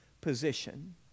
position